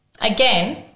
Again